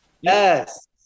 yes